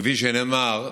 כפי שנאמר,